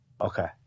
Okay